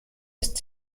ist